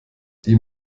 die